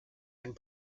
and